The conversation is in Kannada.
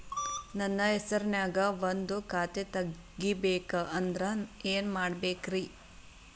ನನ್ನ ಹೆಸರನ್ಯಾಗ ಒಂದು ಖಾತೆ ತೆಗಿಬೇಕ ಅಂದ್ರ ಏನ್ ಮಾಡಬೇಕ್ರಿ?